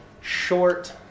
short